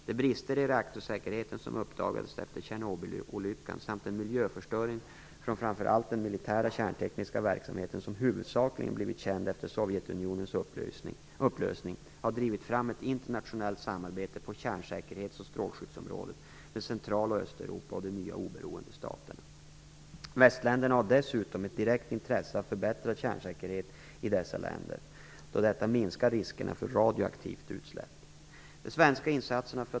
De brister i reaktorsäkerheten som uppdagades efter Tjernobylolyckan samt den miljöförstöring från framför allt den militära kärntekniska verksamheten som huvudsakligen blivit känd efter Sovjetunionens upplösning, har drivit fram ett internationellt samarbete på kärnsäkerhets och strålskyddsområdet med Central och Östeuropa och de nya oberoende staterna. Västländerna har dessutom ett direkt intresse av förbättra kärnsäkerhet i dessa länder, då detta minskar riskerna för radioaktiva utsläpp.